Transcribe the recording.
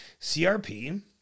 CRP